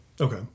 Okay